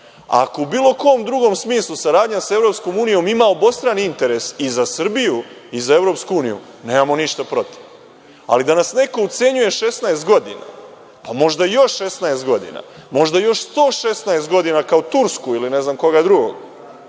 Ako u bilo kom drugom smislu saradnja sa EU ima obostrani interes i za Srbiju i za Evropsku uniju, nemamo ništa protiv. Ali, da nas neko ucenjuje 16 godina, a možda još 16 godina, možda još 116 godina kao Tursku ili ne znam koga drugog,